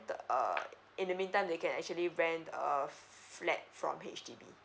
the uh in the meantime they can actually rent a flat from H_D_B